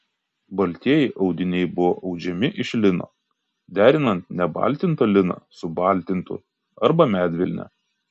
baltieji audiniai buvo audžiami iš lino derinant nebaltintą liną su baltintu arba medvilne